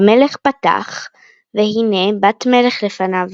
המלך פתח – והנה בת-מלך לפניו.